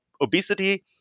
obesity